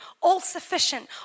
All-sufficient